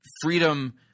freedom